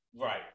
Right